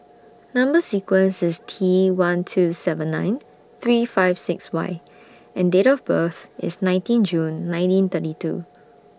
Number sequence IS T one two seven nine three five six Y and Date of birth IS nineteen June nineteen thirty two